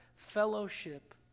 Fellowship